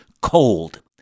cold